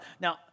Now